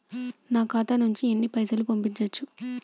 నా ఖాతా నుంచి ఎన్ని పైసలు పంపించచ్చు?